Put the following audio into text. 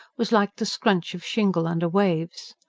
was like the scrunch of shingle under waves.